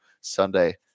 Sunday